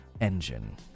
engine